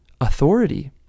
authority